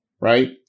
right